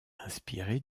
inspirée